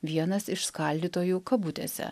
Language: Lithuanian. vienas iš skaldytojų kabutėse